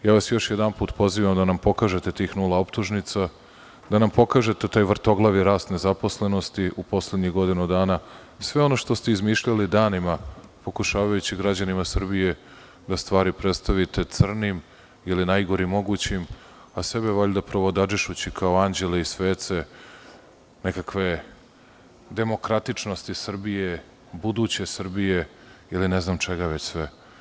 Još jedanput vas pozivam da nam pokažete tih nula optužnica, da nam pokažete taj vrtoglavi rast nezaposlenosti u poslednjih godinu dana i sve ono što ste izmišljali danima pokušavajući građanima Srbije da stvari predstavite crnim ili najgorim mogućim, a sebe valjda provodadžišući kao anđele i svece nekakve demokratičnosti Srbije, buduće Srbije iline znam čega već sve.